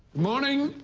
morning,